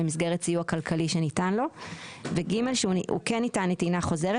במסגרת של סיוע כלכלי שניתן לו; ו-(ג) שהוא כן ניתן לטעינה חוזרת,